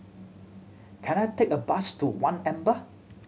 can I take a bus to One Amber